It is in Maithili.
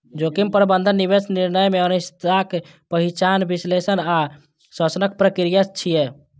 जोखिम प्रबंधन निवेश निर्णय मे अनिश्चितताक पहिचान, विश्लेषण आ शमनक प्रक्रिया छियै